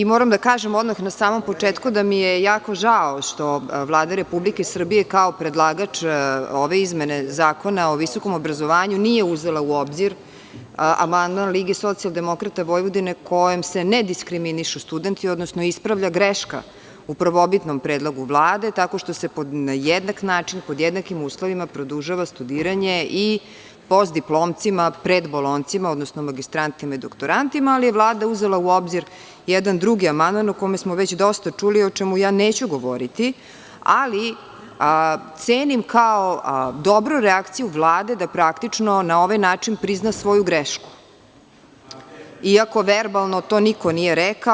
Moram da kažem odmah na samom početku da mi je jako žao što Vlada Republike Srbije, kao predlagač ove izmene Zakona o visokom obrazovanju, nije uzela u obzir amandman LSV, kojim se ne diskriminišu studenti, odnosno ispravlja greška u prvobitnom predlogu Vlade, tako što se na jednak način, pod jednakim uslovima produžava studiranje i postdiplomcima, predbolonjcima, odnosno magistrantima i doktorantima, ali je Vlada uzela u obzir jedan drugi amandman o kome smo već dosta čuli, o čemu ja neću govoriti, ali cenim kao dobru reakciju Vlade da praktično na ovaj način prizna svoju grešku, iako verbalno to niko nije rekao.